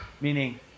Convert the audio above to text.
Meaning